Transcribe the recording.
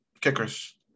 kickers